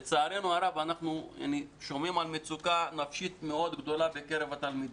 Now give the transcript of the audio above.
לצערנו הרב אנחנו שומעים על מצוקה נפשית מאוד גדולה בקרב התלמידים.